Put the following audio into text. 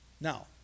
Now